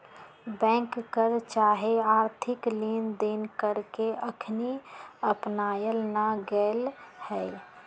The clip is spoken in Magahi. बैंक कर चाहे आर्थिक लेनदेन कर के अखनी अपनायल न गेल हइ